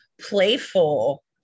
playful